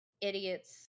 idiots